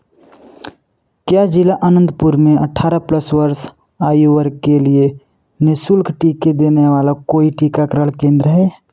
क्या जिला अनंतपुर में अठारह प्लस वर्ष आयु वर्ग के लिए निःशुल्क टीके देने वाला कोई टीकाकरण केंद्र है